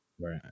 Right